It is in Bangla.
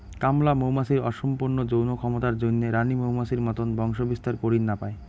কামলা মৌমাছির অসম্পূর্ণ যৌন ক্ষমতার জইন্যে রাণী মৌমাছির মতন বংশবিস্তার করির না পায়